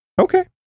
Okay